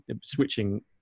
switching